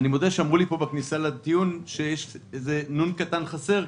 אני מודה שאמרו לי פה בכניסה לדיון שאיזה נו"ן קטן חסר,